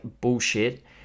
bullshit